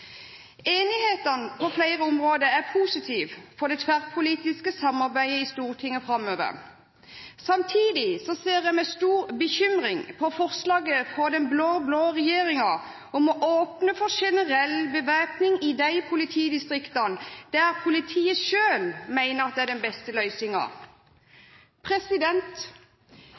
på flere områder er positiv for det tverrpolitiske samarbeidet i Stortinget framover. Samtidig ser jeg med stor bekymring på forslaget fra den blå-blå regjeringen om å åpne for generell bevæpning i de politidistriktene der politiet selv mener det er den beste